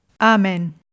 Amen